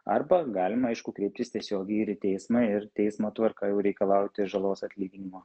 arba galima aišku kreiptis tiesiogiai ir į teismą ir teismo tvarka jau reikalauti žalos atlyginimo